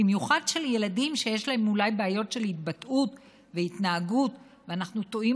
במיוחד של ילדים שיש להם אולי בעיות של התבטאות והתנהגות ואנחנו טועים